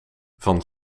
van